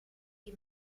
die